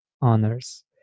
honors